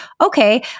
okay